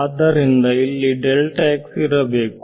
ಆದ್ದರಿಂದ ಇಲ್ಲಿ ಇರಬೇಕು